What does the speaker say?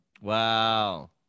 Wow